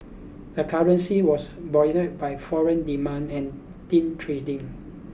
the currency was buoyed by foreign demand and thin trading